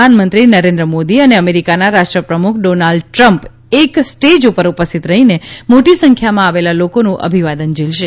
પ્રધાનમંત્રી નરેન્દ્ર મોદી અને અમેરિકાના રાષ્ટ્રપ્રમુખ ડોનાલ્ડ ટ્રમ્પ એક સ્ટેજ ઉપર ઉપસ્થિત રહીને મોટી સંખ્યામાં આવેલા લોકોનું અભિવાદન ઝીલશે